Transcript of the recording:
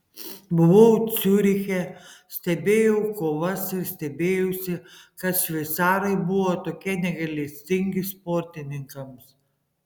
buvau ciuriche stebėjau kovas ir stebėjausi kad šveicarai buvo tokie negailestingi sportininkams